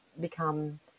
become